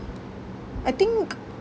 I think